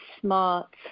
smart